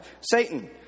Satan